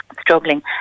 Struggling